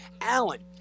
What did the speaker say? Allen